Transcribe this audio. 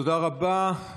תודה רבה.